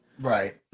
right